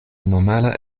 normale